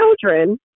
children